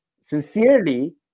Sincerely